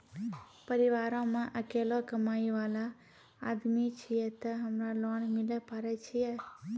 परिवारों मे अकेलो कमाई वाला आदमी छियै ते हमरा लोन मिले पारे छियै?